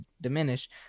diminish